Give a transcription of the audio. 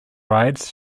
rides